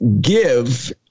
give